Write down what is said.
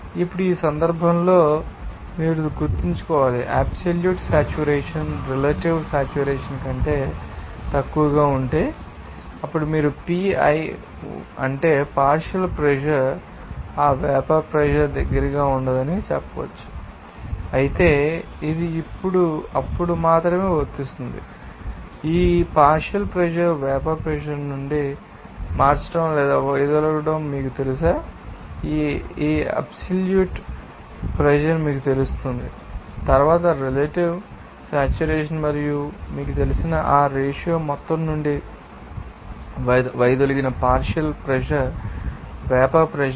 ఇప్పుడు ఈ సందర్భంలో మీరు గుర్తుంచుకోవాలి అబ్సెల్యూట్ సేట్యురేషన్ రెలెటివ్ సేట్యురేషన్ కంటే తక్కువగా ఉంటే అప్పుడు మీరు P i అంటే పార్షియల్ ప్రెషర్ ఆ వేపర్ ప్రెషర్ దగ్గరగా ఉండదని చెప్పవచ్చు అయితే ఇది అప్పుడు మాత్రమే వస్తుంది ఈ పార్షియల్ ప్రెషర్ వేపర్ ప్రెషర్ నుండి మార్చడం లేదా వైదొలగడం మీకు తెలుసా ఈ అబ్సెల్యూట్ ప్రెషర్ మీకు తెలుస్తుంది తరువాత రెలెటివ్ సేట్యురేషన్ మరియు మీకు తెలిసిన ఆ రేషియో మొత్తం నుండి వైదొలిగిన partial pressure vapour pressure pressure